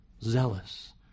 Zealous